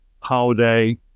holiday